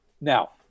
Now